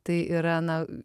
tai yra na